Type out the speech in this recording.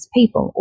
people